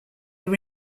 were